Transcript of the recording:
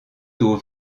tôt